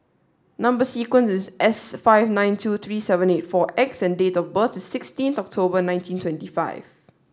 number sequence is S five nine two three seven eight four X and date of birth is sixteen October nineteen twenty five